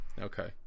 Okay